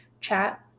chat